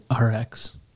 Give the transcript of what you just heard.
Rx